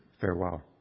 Farewell